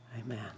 Amen